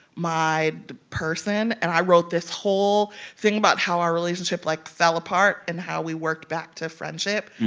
my person. and i wrote this whole thing about how our relationship, like, fell apart and how we worked back to friendship,